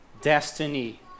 destiny